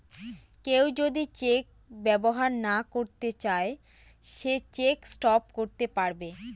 কেউ যদি চেক ব্যবহার না করতে চাই সে চেক স্টপ করতে পারবে